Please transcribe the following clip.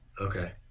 Okay